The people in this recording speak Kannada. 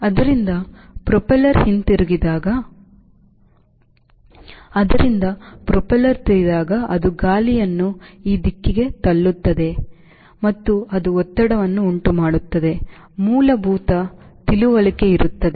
ಆದ್ದರಿಂದ ಪ್ರೊಪೆಲ್ಲರ್ ತಿರುಗಿದಾಗ ಅದು ಗಾಳಿಯನ್ನು ಈ ದಿಕ್ಕಿಗೆ ತಳ್ಳುತ್ತದೆ ಮತ್ತು ಅದು ಒತ್ತಡವನ್ನು ಉಂಟುಮಾಡುತ್ತದೆ ಮೂಲಭೂತ ತಿಳುವಳಿಕೆ ಇರುತ್ತದೆ